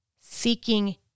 Seeking